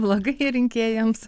blogai rinkėjams